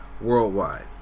worldwide